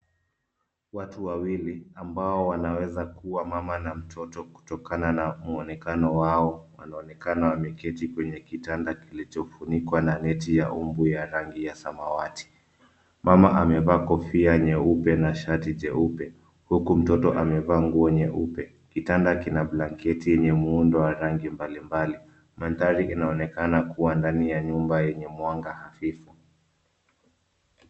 Watu wawili ambao wanaweza kuwa mama na mtoto kutokana na muonekano wao. Wanaonekana wameketi kwenye kitanda kilichofunikwa na neti ya mbu ya rangi ya samawati. Mama amevaa kofia nyeupe na shati jeupe, huku mtoto amevaa nguo nyeupe. Kitanda kina blanketi yenye muundo wa rangi mbali mbali. Mandhari inaonekana kuwa ndani ya nyumba yenye mwanga hafifu.